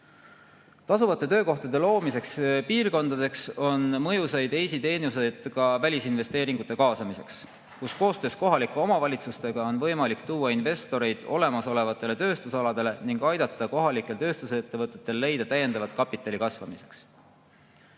Tasuvate töökohtade loomiseks piirkondades on mõjusaid EIS-i teenuseid ka välisinvesteeringute kaasamiseks. Koostöös kohalike omavalitsustega on võimalik tuua investoreid olemasolevatele tööstusaladele ning aidata kohalikel tööstusettevõtetel leida täiendavat kapitali kasvamiseks.